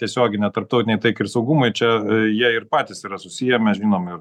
tiesioginę tarptautinei taikai ir saugumui čia jie ir patys yra susiję mes žinom ir